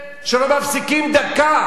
שלא מפסיקים דקה,